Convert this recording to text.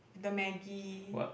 the Maggi